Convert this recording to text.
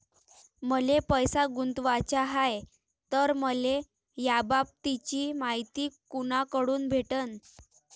मले पैसा गुंतवाचा हाय तर मले याबाबतीची मायती कुनाकडून भेटन?